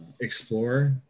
explore